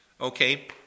okay